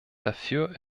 dafür